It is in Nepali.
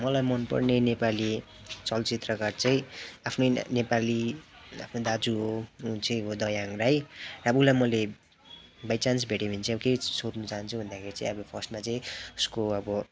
मलाई मनपर्ने नेपाली चलचित्रका चाहिँ आफ्नै नेपाली आफ्नै दाजु हो उ चाहिँ हो दयाहाङ राई अब उसलाई मैले बाइचान्स भेटेँ भने चाहिँ अब केही सोध्नु चाहन्छु भन्दाखेरि चाहिँ फर्स्टमा चाहिँ उसको अब